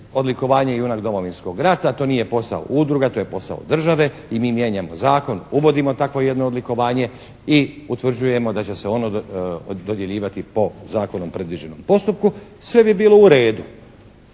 odlikovanje "JUNAK DOMOVINSKOG RATA". To nije posao udruga, to je posao države i mi mijenjamo zakon, uvodimo takvo jedno odlikovanje i utvrđujemo da će se ono dodjeljivati po zakonom predviđenom postupku, sve bi bilo u redu.